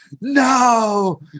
no